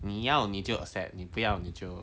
你要你就 accept 你不要你就